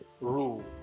rule